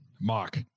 Mark